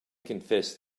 confessed